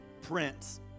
Prince